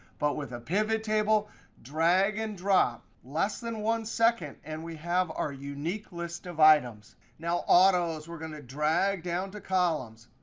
but with a pivottable drag and drop. less than one second, and we have our unique list of items. now, autos we're going to drag down to columns.